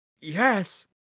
yes